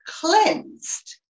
cleansed